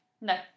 No